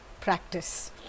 practice